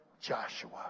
Joshua